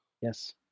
Yes